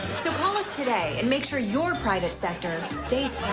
so call us today and make sure your private sector stays